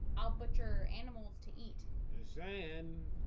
i'll butcher animals to eat is and